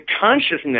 consciousness